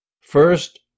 First